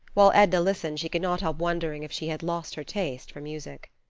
while edna listened she could not help wondering if she had lost her taste for music.